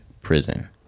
prison